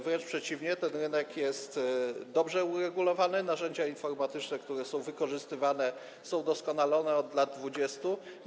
Wręcz przeciwnie, ten rynek jest dobrze uregulowany, narzędzia informatyczne, które są wykorzystywane, są doskonalone od 20 lat.